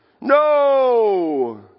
No